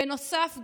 בנוסף,